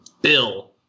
Bill